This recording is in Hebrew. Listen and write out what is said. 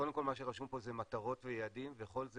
קודם כל מה שרשום פה זה מטרות ויעדים וכל זה